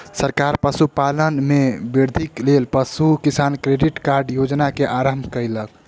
सरकार पशुपालन में वृद्धिक लेल पशु किसान क्रेडिट कार्ड योजना के आरम्भ कयलक